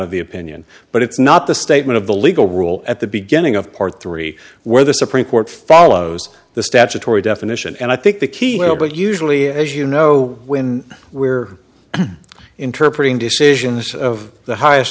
of the opinion but it's not the statement of the legal rule at the beginning of part three where the supreme court follows the statutory definition and i think the key here but usually as you know when we're interpretation decisions of the highest